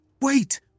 Wait